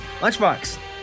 Lunchbox